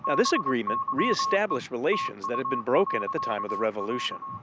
ah this agreement reestablished relations that had been broken at the time of the revolution.